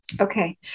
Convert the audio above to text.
Okay